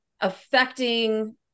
affecting